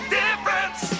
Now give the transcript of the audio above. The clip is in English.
difference